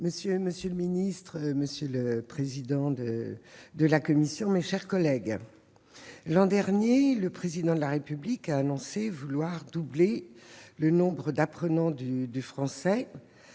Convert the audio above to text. Monsieur le président, monsieur le ministre, mes chers collègues, l'an dernier, le Président de la République a annoncé vouloir doubler le nombre d'apprenants du français,